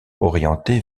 orientée